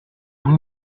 vous